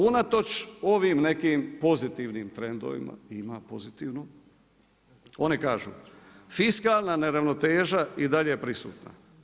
Unatoč ovim nekim pozitivnim trendovima, ima pozitivno, oni kažu: „Fiskalna neravnoteža i dalje je prisutna.